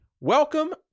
Welcome